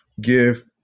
give